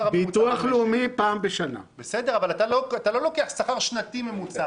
אתה לא לוקח שכר ממוצע שנתי.